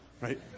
right